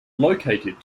located